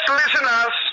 listeners